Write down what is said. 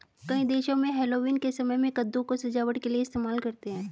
कई देशों में हैलोवीन के समय में कद्दू को सजावट के लिए इस्तेमाल करते हैं